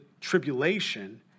tribulation